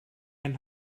ein